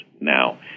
now